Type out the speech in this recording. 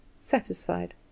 satisfied